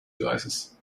devices